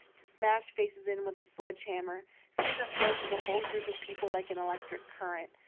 to smash faces in with a sledge-hammer, seemed to flow through the whole group of people like an electric current,